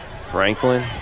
Franklin